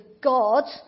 God